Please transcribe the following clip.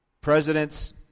Presidents